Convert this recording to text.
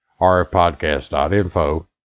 rfpodcast.info